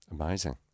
Amazing